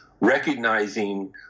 recognizing